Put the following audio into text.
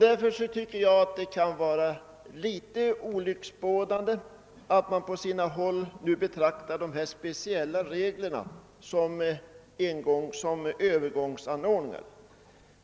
Därför tycker jag att det är litet olycksbådande, att man på sina håll nu betraktar dessa speciella regler som Övergångsanordningar.